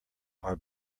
are